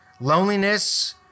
loneliness-